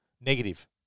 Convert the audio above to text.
Negative